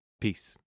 Peace